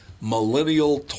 Millennial